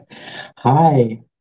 Hi